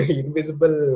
invisible